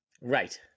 Right